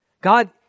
God